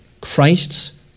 Christ's